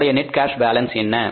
நம்முடைய net cash balance என்ன